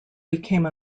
became